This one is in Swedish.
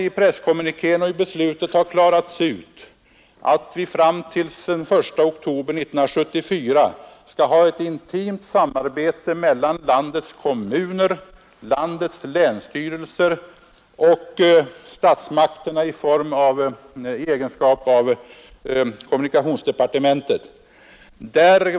I presskommunikén har det alltså satts på pränt att vi fram till den 1 oktober 1974 skall ha ett intimt samarbete mellan landets kommuner och länsstyrelser samt statsmakterna genom kommunikationsdeparte mentet.